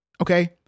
Okay